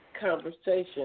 conversation